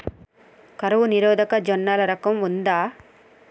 కరువు నిరోధక జొన్నల రకం ఉందా?